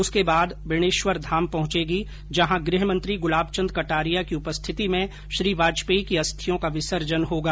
उसके बाद बेणेश्वर धाम पहुंचेगी जहां गृहमंत्री गुलाबचन्द कटारिया की उपस्थिति में श्री वाजपेयी की अस्थियों का विसर्जन किया जाएगा